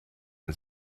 man